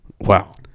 Wow